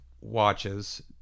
watches